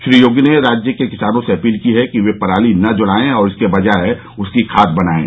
श्री योगी ने राज्य के किसानों से अपील की है कि वे पराली न जलाये और इसके बजाय उसकी खाद बनाये